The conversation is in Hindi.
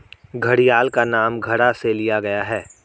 घड़ियाल का नाम घड़ा से लिया गया है